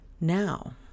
Now